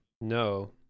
No